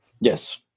Yes